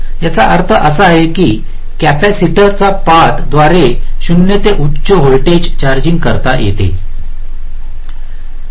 याचा अर्थ असा की कॅपेसिटर या पाथद्वारे 0 ते उच्च व्होल्टेज चार्जिंग करीत आहे